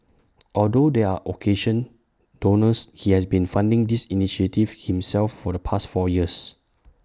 although there are occasional donors he has been funding these initiatives himself for the past four years